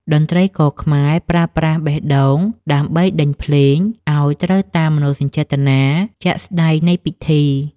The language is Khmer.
តន្ត្រីករខ្មែរប្រើប្រាស់បេះដូងដើម្បីដេញភ្លេង ឱ្យត្រូវតាមមនោសញ្ចេតនាជាក់ស្ដែងនៃពិធី។